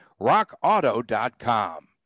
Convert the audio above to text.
rockauto.com